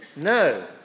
No